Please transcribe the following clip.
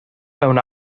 mewn